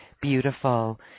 Beautiful